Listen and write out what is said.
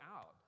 out